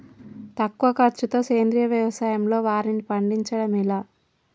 తక్కువ ఖర్చుతో సేంద్రీయ వ్యవసాయంలో వారిని పండించడం ఎలా?